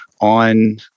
on